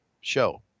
show